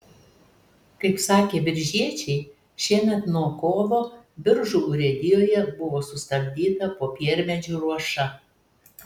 kaip sakė biržiečiai šiemet nuo kovo biržų urėdijoje buvo sustabdyta popiermedžių ruoša